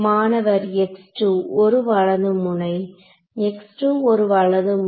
மாணவர் ஒரு வலது முனை ஒரு வலது முனை